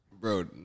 Bro